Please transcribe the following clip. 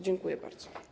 Dziękuję bardzo.